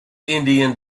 indian